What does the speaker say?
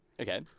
Okay